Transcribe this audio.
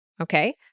okay